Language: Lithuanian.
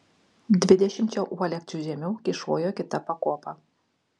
dvidešimčia uolekčių žemiau kyšojo kita pakopa